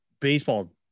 Baseball